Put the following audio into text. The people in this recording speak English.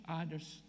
other's